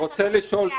ניסן,